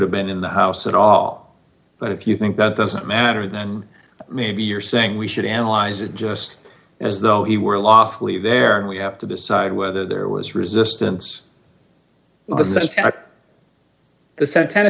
have been in the house at all but if you think that doesn't matter then maybe you're saying we should analyze it just as though he were lawfully there and we have to decide whether there was resistance the sent